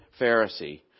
Pharisee